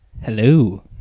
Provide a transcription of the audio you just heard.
hello